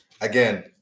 Again